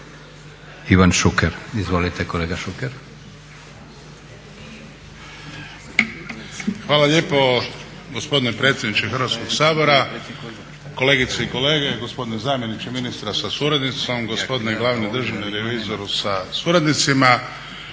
Ivan Šuker. Izvolite kolega Šuker.